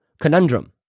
conundrum